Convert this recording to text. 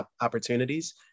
opportunities